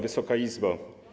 Wysoka Izbo!